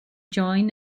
join